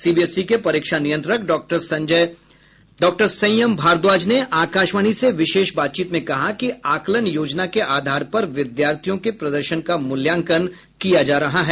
CBSE के परीक्षा नियंत्रक डॉ संयम भारद्वाज ने आकाशवाणी से विशेष बातचीत में कहा कि आकलन योजना के आधार पर विद्यार्थियों के प्रदर्शन का मूल्यांकन किया जा रहा है